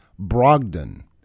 Brogdon